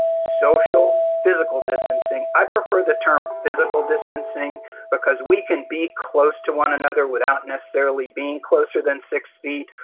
social and physical distancing, i prefer the term physical distancing because we can be close to one another without necessarily being closer than six feet.